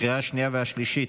התקבלה בקריאה השנייה והשלישית,